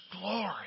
glory